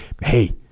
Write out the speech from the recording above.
Hey